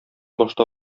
башта